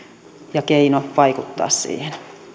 ja keino vaikuttaa siihen